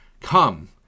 Come